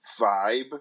vibe